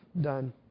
done